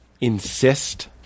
insist